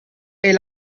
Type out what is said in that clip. est